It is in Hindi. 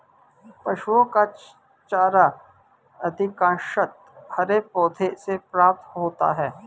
पशुओं का चारा अधिकांशतः हरे पौधों से प्राप्त होता है